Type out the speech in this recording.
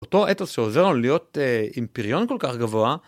אותו אתוס שעוזר לנו להיות עם פיריון כל כך גבוהה.